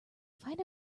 find